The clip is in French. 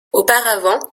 auparavant